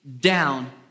down